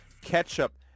ketchup